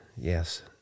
yes